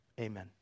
Amen